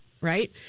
right